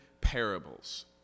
parables